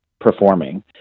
performing